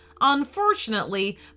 Unfortunately